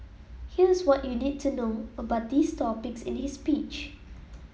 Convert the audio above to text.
here's what you need to know about these topics in his speech